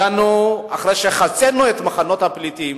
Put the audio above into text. אחרי שחצינו את מחנות הפליטים